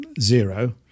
zero